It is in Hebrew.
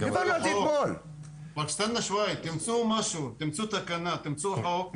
תמצאו חוק,